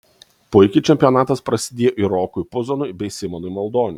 puikiai čempionatas prasidėjo ir rokui puzonui bei simonui maldoniui